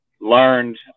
learned